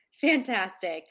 fantastic